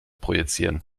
projizieren